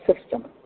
system